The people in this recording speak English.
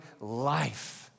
life